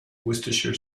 worcester